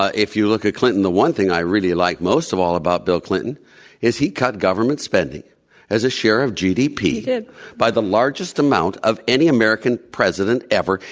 ah if you look at clinton, the one thing i really like most of all about bill clinton is he cut government spending as a share of gdp by the largest amount of any american president ever.